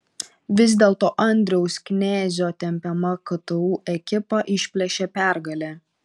vis dėlto andriaus knezio tempiama ktu ekipa išplėšė pergalę